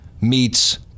meets